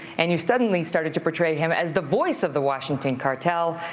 and you suddenly started to portray him as the voice of the washington cartel,